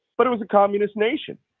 but it was a communist nation.